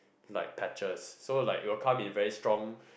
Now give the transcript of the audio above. like patches so like it will come in very strong